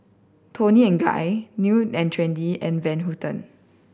Toni and Guy New and Trendy and Van Houten